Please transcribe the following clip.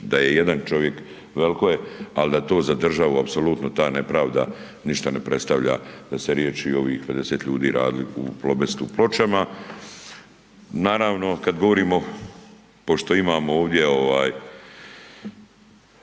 da je jedan čovjek, veliko je, ali da to za državu apsolutno ta nepravda ništa ne predstavlja da se riješi i ovih 50 ljudi radili u Plobestu Pločama. Naravno, kad govorimo, pošto imamo ovdje ovaj